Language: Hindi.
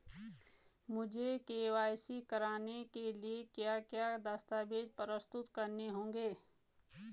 मुझे के.वाई.सी कराने के लिए क्या क्या दस्तावेज़ प्रस्तुत करने होंगे?